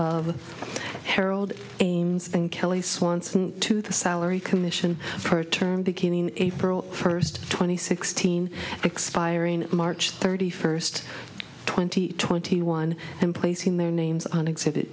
the herald games than kelly swanson to the salary commission per term beginning april first twenty sixteen expiring march thirty first twenty twenty one and placing their names on exhibit